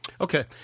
Okay